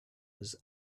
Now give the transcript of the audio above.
was